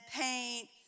paint